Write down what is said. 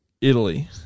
Italy